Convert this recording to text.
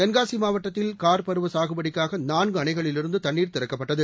தென்காசி மாவட்டத்தில் கார் பருவ சாகுபடிக்காக நான்கு அணைகளிலிருந்து தண்ணீர் திறக்கப்பட்டது